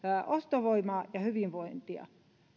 ostovoimaa ja hyvinvointia